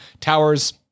towers